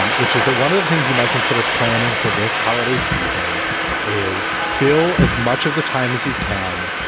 um which is that one of the things you might consider planning for this holiday season is feel as much of the time as you can,